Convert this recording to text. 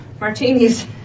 martinis